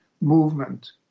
movement